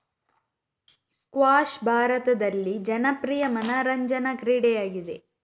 squash ಭಾರತದಲ್ಲಿ ಜನಪ್ರಿಯ ಮನರಂಜನಾ ಕ್ರೀಡೆಯಾಗಿದೆ